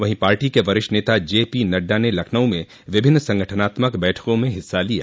वहीं पार्टी के वरिष्ठ नेता जेपी नड़डा नें लखनऊ में विभिन्न संगठनात्मक बैठकों में हिस्सा लिया